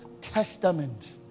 Testament